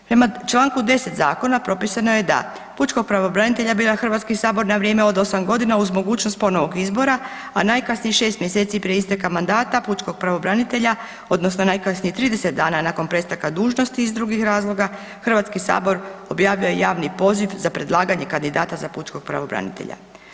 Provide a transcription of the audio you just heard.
Prema članku 10. zakona propisano je da pučkog pravobranitelja bira Hrvatski sabor na vrijeme od 10 godina uz mogućnost ponovnog izbora a najkasnije 6 mjeseci prije isteka mandata pučkog pravobranitelja, odnosno najkasnije 30 dana nakon prestanka dužnosti iz drugih razloga Hrvatski sabor objavio je javni poziv za predlaganje kandidata za pučkog pravobranitelja.